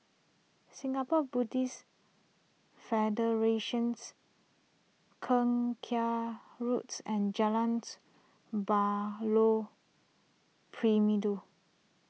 Singapore Buddhist Federation's Keong Saik Roads and Jalan's Buloh Perindu